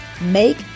make